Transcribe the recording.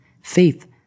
Faith